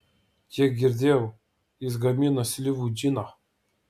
kiek girdėjau jis gamina slyvų džiną